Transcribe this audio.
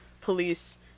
police